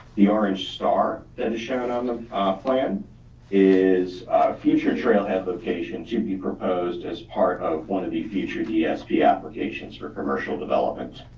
the orange star that is shown on the plan is future trail application should be proposed as part of one of the future dsp applications for commercial development.